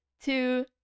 two